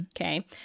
Okay